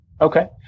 Okay